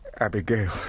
Abigail